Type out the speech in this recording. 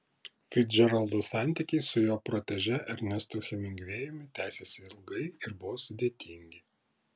ficdžeraldo santykiai su jo protežė ernestu hemingvėjumi tęsėsi ilgai ir buvo sudėtingi